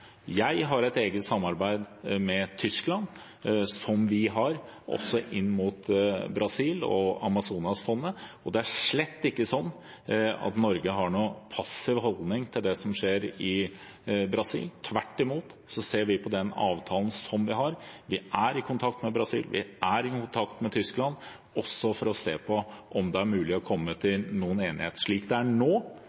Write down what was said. Tyskland, som vi har også inn mot Brasil og Amazonasfondet. Det er slett ikke sånn at Norge har en passiv holdning til det som skjer i Brasil. Tvert imot: Vi ser på den avtalen som vi har, vi er i kontakt med Brasil, og vi er i kontakt med Tyskland, også for å se om det er mulig å komme til